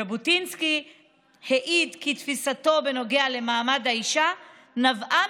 ז'בוטינסקי העיד כי תפיסתו בנוגע למעמד האישה נבעה